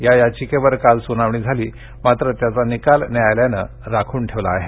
या याचिकेवर काल सुनावणी झाली मात्र याचा निकाल न्यायालयानं राखून ठेवला आहे